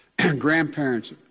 Grandparents